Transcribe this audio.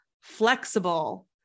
flexible